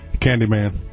Candyman